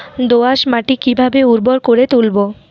দোয়াস মাটি কিভাবে উর্বর করে তুলবো?